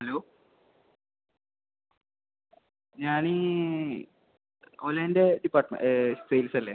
hello ഞാൻ ഈ ഒലേൻ്റെ ഡിപ്പാർട്ട്മെൻറ് സെയിൽസ് അല്ലേ